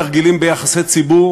תרגילים ביחסי ציבור